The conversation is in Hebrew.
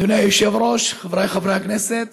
אדוני היושב-ראש, חבריי חברי הכנסת,